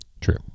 True